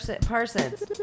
Parsons